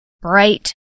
bright